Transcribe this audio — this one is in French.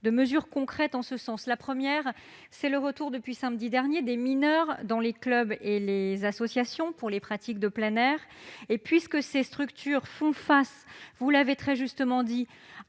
de mesures concrètes en ce sens. D'abord, c'est le retour depuis samedi dernier des mineurs dans les clubs et les associations pour les pratiques de plein air. En outre, puisque ces structures font face à d'importantes